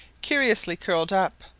curiously curled up.